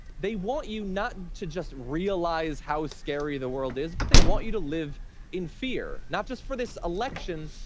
they want you not to just realize how scary the world is, but they want you to live in fear. not just for this election,